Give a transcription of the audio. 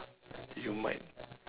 you might